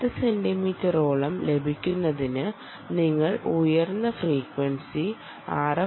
10 സെന്റിമീറ്ററോളം ലഭിക്കുന്നതിന് നിങ്ങൾ ഉയർന്ന ഫ്രീക്വൻസി ആർ